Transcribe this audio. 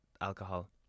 alcohol